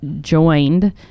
joined